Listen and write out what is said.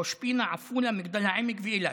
ראש פינה, עפולה, מגדל העמק ואילת.